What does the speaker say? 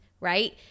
right